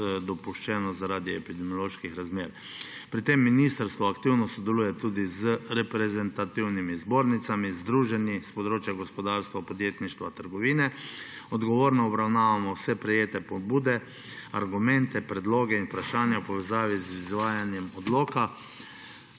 dopuščeno zaradi epidemioloških razmer. Pri tem ministrstvo aktivno sodeluje tudi z reprezentativnimi zbornicami, združenji s področja gospodarstva, podjetništva, trgovine. Odgovorno obravnavamo vse prejete pobude, argumente, predloge in vprašanja v povezavi z izvajanjem odloka.